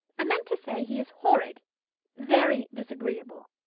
i meant to say he is horrid very disagreeable.